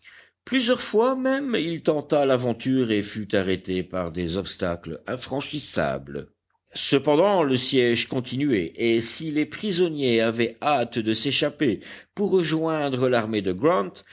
plusieurs fois même il tenta l'aventure et fut arrêté par des obstacles infranchissables cependant le siège continuait et si les prisonniers avaient hâte de s'échapper pour rejoindre l'armée de grant